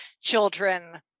children